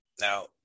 Now